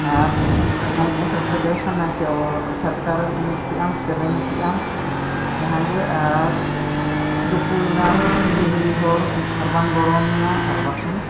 ᱟᱨ ᱱᱟᱭᱠᱮᱢ ᱥᱮᱴᱮᱨ ᱠᱮᱫᱮ ᱠᱷᱟᱱ ᱱᱟᱭᱠᱮ ᱪᱷᱟᱴᱠᱟᱨᱮᱢ ᱮᱱᱮᱡ ᱠᱮᱜᱼᱟ ᱥᱮᱨᱮᱧ ᱠᱮᱜᱼᱟᱢ ᱡᱟᱦᱟᱸᱜᱮ ᱟᱨ ᱫᱩᱯᱩᱞᱮᱱᱟᱢ ᱦᱤᱞᱤ ᱦᱟᱹᱞᱤ ᱦᱚᱲ ᱟᱨ ᱵᱟᱝ ᱜᱚᱲᱚᱢᱮᱭᱟ ᱟᱨ ᱵᱟᱝᱠᱷᱟᱱ